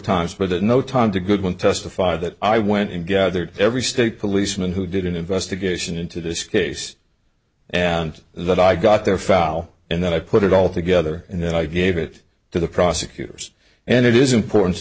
times but at no time to goodwin testified that i went in gathered every state policeman who did an investigation into this case and that i got their file and then i put it all together and then i gave it to the prosecutors and it is important to